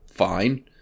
fine